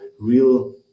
real